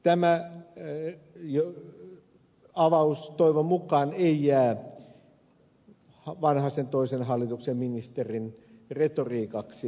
tämä avaus toivon mukaan ei jää vanhasen toisen hallituksen ministerin retoriikaksi